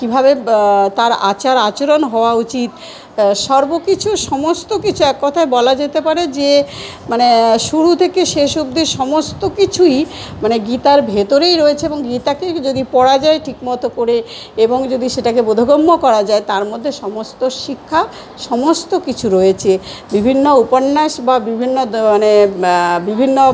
কীভাবে তার আচার আচরণ হওয়া উচিত সর্ব কিছু সমস্ত কিছু এক কথায় বলা যেতে পারে যে মানে শুরু থেকে শেষ অবধি সমস্ত কিছুই মানে গীতার ভিতরেই রয়েছে এবং গীতাকেই যদি পড়া যায় ঠিক মতো করে এবং যদি সেটাকে বোধগম্য করা যায় তার মধ্যে সমস্ত শিক্ষা সমস্ত কিছু রয়েছে বিভিন্ন উপন্যাস বা বিভিন্ন মানে বিভিন্ন